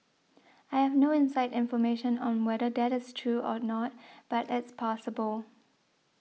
I have no inside information on whether that is true or not but it's possible